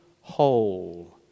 whole